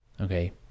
Okay